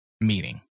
meaning